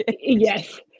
Yes